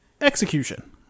Execution